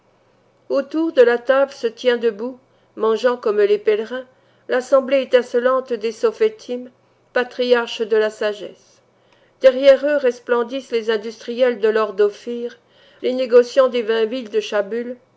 autour de la table se tient debout mangeant comme les pèlerins l'assemblée étincelante des sophêtim patriarches de la sagesse derrière eux resplendissent les industriels de l'or d'ophir les négociants des vingt villes de schabul